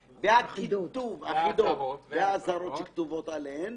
האחידות, הכיתוב והאזהרות שכתובת עליהן